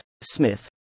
Smith